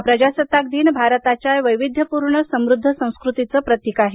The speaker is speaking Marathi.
हा प्रजासत्ताक दिन भारताच्या वैविध्यपूर्ण समृद्ध संस्कृतीचं प्रतीक आहे आहे